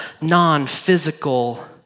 non-physical